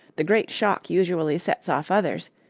the great shock usually sets off others,